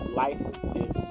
licenses